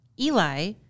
Eli